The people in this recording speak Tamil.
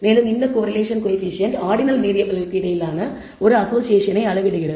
மேலும் இந்த கோரிலேஷன் கோயபிசியன்ட் ஆர்டினல் வேறியபிள்களுக்கு இடையிலான அசோசியேஷனை அளவிடுகிறது